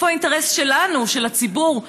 איפה האינטרס שלנו, של הציבור?